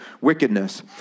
wickedness